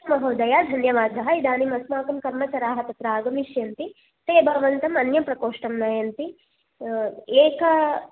अस्तु महोदय धन्यवादः इदानीमस्माकं कर्मचराः तत्र आगमिष्यन्ति ते भवन्तम् अन्य प्रकोष्टं नयन्ति एक